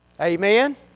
Amen